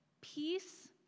Peace